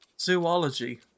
Zoology